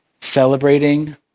celebrating